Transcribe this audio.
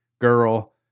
girl